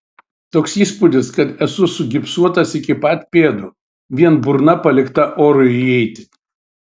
toks įspūdis kad esu sugipsuotas iki pat pėdų vien burna palikta orui įeiti